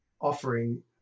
offering